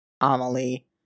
Amelie